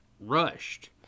rushed